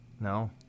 No